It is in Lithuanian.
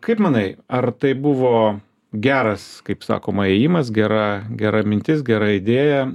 kaip manai ar tai buvo geras kaip sakoma ėjimas gera gera mintis gera idėja